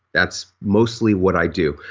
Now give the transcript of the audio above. that's mostly what i do.